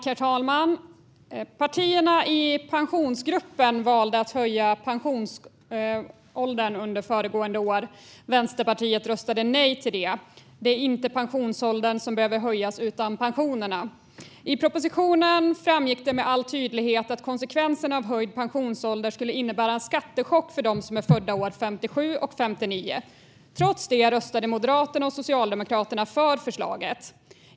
Herr talman! Partierna i Pensionsgruppen valde att höja pensionsåldern under föregående år. Vänsterpartiet röstade nej till det. Det är inte pensionsåldern som behöver höjas utan pensionerna. I propositionen framgick det med all tydlighet att konsekvenserna av höjd pensionsålder skulle innebära en skattechock för dem som är födda är 1957 och 1959. Trots detta röstade Moderaterna och Socialdemokraterna för förslaget.